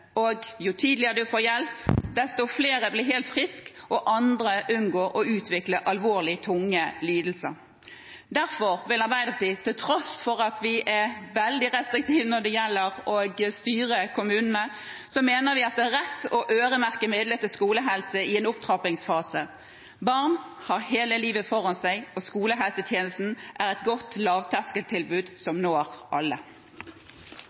og jo tidligere man får hjelp, desto større er sjansen for å bli helt frisk, og andre unngår å utvikle alvorlige, tunge lidelser. Derfor mener Arbeiderpartiet, til tross for at vi er veldig restriktive når det gjelder å styre kommunene, at det er rett å øremerke midler til skolehelse i en opptrappingsfase. Barn har hele livet foran seg, og skolehelsetjenesten er et godt lavterskeltilbud som når alle.